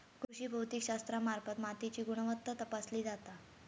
कृषी भौतिकशास्त्रामार्फत मातीची गुणवत्ता तपासली जाता